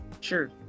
Sure